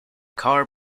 car